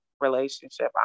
relationship